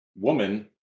woman